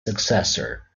successor